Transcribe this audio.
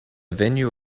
venue